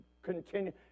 Continue